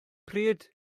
pryd